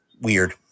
Weird